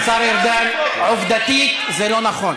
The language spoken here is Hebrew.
השר ארדן, עובדתית זה לא נכון.